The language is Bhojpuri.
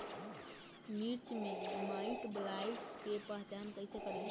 मिर्च मे माईटब्लाइट के पहचान कैसे करे?